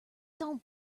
don’t